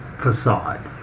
facade